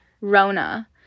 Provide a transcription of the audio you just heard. Rona